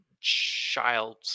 child